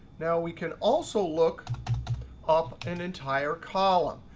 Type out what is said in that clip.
now we can also look up an entire column.